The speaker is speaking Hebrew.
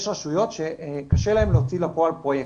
יש רשויות שקשה להן להוציא פרויקטים.